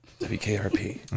WKRP